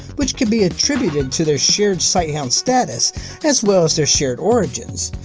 which can be attributed to their shared sighthound status as well as their shared origins.